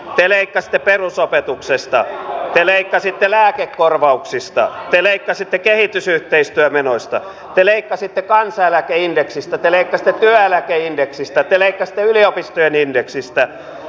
te leikkasitte perusopetuksesta te leikkasitte lääkekorvauksista te leikkasitte kehitysyhteistyömenoista te leikkasitte kansaneläkeindeksistä te leikkasitte työeläkeindeksistä te leikkasitte yliopistojen indeksistä